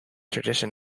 tradition